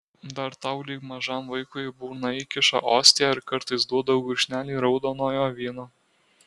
dar tau lyg mažam vaikui į burną įkiša ostiją ir kartais duoda gurkšnelį raudonojo vyno